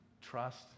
Trust